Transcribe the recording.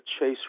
Chase